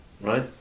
Right